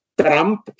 Trump